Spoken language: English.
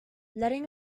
letting